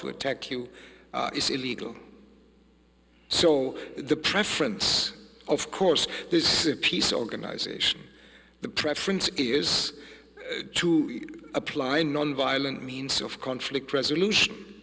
to attack you is illegal so the preference of course this a peace organization the preference is to apply nonviolent means of conflict resolution